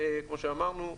כמו שאמרנו,